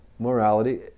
morality